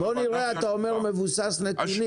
אתה אומר: בואו נראה בהתבסס על נתונים.